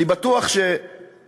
אני בטוח שלא.